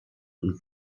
und